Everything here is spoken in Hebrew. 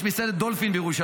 יש את מסעדת דולפין בירושלים.